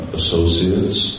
associates